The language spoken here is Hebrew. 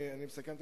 אני מסכם את